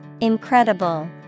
Incredible